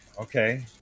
okay